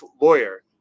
Lawyer